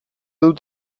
dut